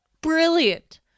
Brilliant